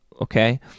okay